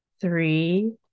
three